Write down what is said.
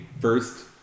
first